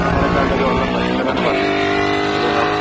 ആ വേനൽക്കാലത്തൊക്കെ വെള്ളം വറ്റില്ലെന്നാണ് പറഞ്ഞിരിക്കുന്നത് നമുക്ക് പോയി നോക്കാം